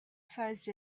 sized